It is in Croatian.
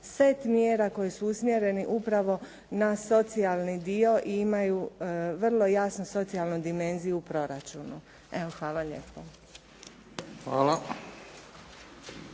set mjera koji su usmjereni upravo na socijalni dio i imaju vrlo jasnu socijalnu dimenziju u proračunu. Evo, hvala lijepo.